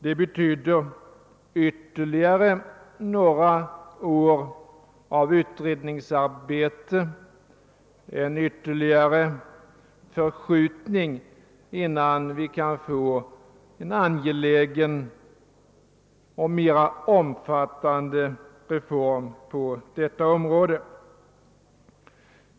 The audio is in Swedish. Det betyder ännu några år av utredningsarbete och en ytterligare förskjutning innan vi kan genomföra en "angelägen, mer omfattande reform på detta område.